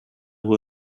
who